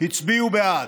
הצביעו בעד.